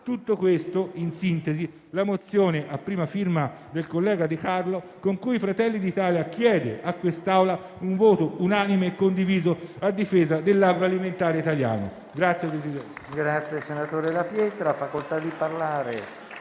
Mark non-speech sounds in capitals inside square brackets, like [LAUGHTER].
Tutto questo, in sintesi, è la mozione a prima firma del collega De Carlo, con cui Fratelli d'Italia chiede a quest'Assemblea un voto unanime e condiviso a difesa dell'agroalimentare italiano. [APPLAUSE]